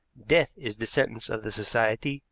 death is the sentence of the society,